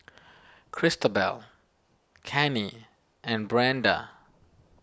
Cristobal Cannie and Brenda